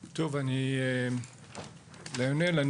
ליונל,